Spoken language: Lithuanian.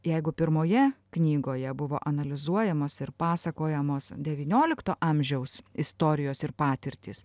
jeigu pirmoje knygoje buvo analizuojamos ir pasakojamos devyniolikto amžiaus istorijos ir patirtys